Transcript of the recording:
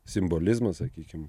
simbolizmas sakykim